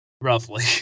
roughly